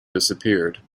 disappeared